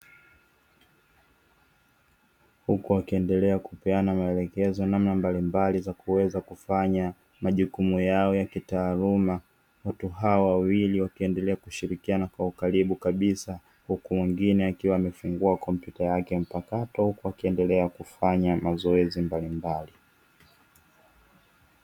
Huku wakiendelea kupeana maelekezo namna mbalimbali za kuweza kufanya majukumu yao ya kitaaluma. Watu hawa wawili wakiendelea kushirikiana kwa ukaribu kabisa, huku mwingine akiwa amefungua kompyuta yake mpakato wakiendelea kufanya mazoezi mbalimbali.